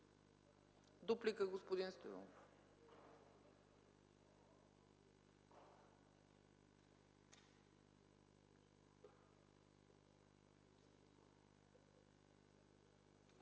Дуплика, господин Стоилов,